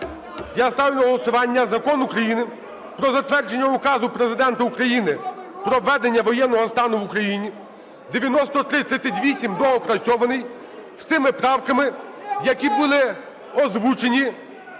я ставлю на голосування Закон України про затвердження Указу Президента України "Про ведення воєнного стану в Україні" (9338, доопрацьований) з тими правками, які були озвучені